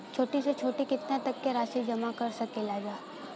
छोटी से छोटी कितना तक के राशि जमा कर सकीलाजा?